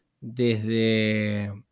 desde